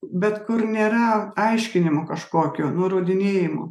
bet kur nėra aiškinimo kažkokio nurodinėjimo